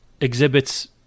exhibits